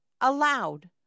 aloud